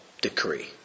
decree